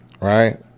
right